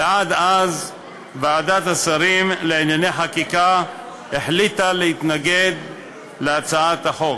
ועד אז ועדת השרים לענייני חקיקה החליטה להתנגד להצעת החוק.